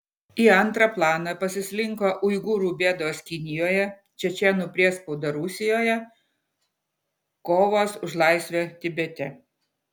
į antrą planą pasislinko uigūrų bėdos kinijoje čečėnų priespauda rusijoje kovos už laisvę tibete